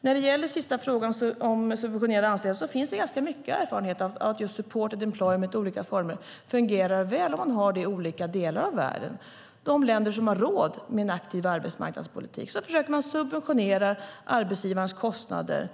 När det gäller frågan om subventionerade anställningar finns det ganska mycket erfarenhet av att supported employment i olika former fungerar väl, och man har det i olika delar av världen. I de länder som har råd med en aktiv arbetsmarknadspolitik försöker man subventionera arbetsgivarnas kostnader.